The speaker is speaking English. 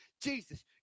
Jesus